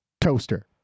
toaster